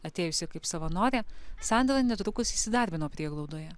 atėjusi kaip savanorė sandra netrukus įsidarbino prieglaudoje